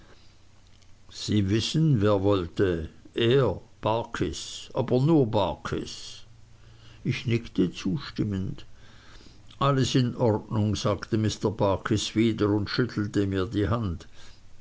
sie wissen wer wollte er barkis aber nur barkis ich nickte beistimmend alles in ordnung sagte mr barkis wieder und schüttelte mir die hand